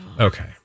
Okay